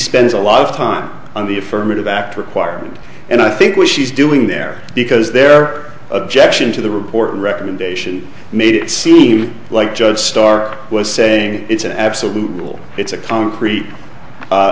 spends a lot of time on the affirmative act requirement and i think what she's doing there because their objection to the report recommendation made it seem like judge starr was saying it's an absolute rule it's a concrete u